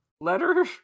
letter